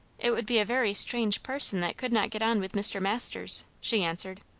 it would be a very strange person that could not get on with mr. masters, she answered.